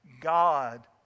God